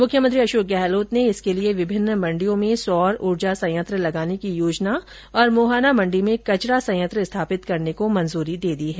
मुख्यमंत्री अशोक गहलोत ने इसके लिए विभिन्न मण्डियों में सौर ऊर्जा संयंत्र लगाने की योजना और मुहाना मंडी में कचरा संयंत्र स्थापित करने को मंजूरी दे दी है